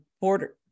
border